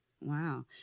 Wow